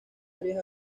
varias